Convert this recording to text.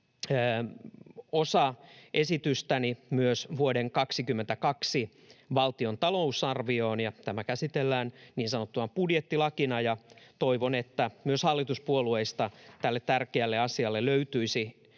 osa esitystäni myös vuoden 22 valtion talousarvioon, ja tämä käsitellään niin sanottuna budjettilakina, ja toivon, että myös hallituspuolueista tälle tärkeälle asialle löytyisi riittävä